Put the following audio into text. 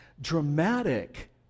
dramatic